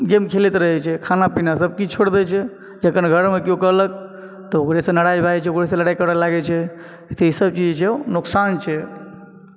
game खेलैत रहै छै खाना पीना सभकिछु छोड़ि दै छै जखन घर मे केओ कहलक तऽ ओकरेसँ नाराज भए जाइ छै ओकरेसँ लड़ाइ करऽ लागै छै तऽ ई सभ चीज जे छै नुकसान छै